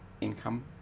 income